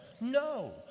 no